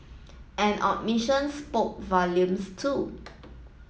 an omission spoke volumes too